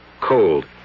Cold